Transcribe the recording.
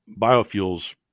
biofuels